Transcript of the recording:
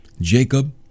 Jacob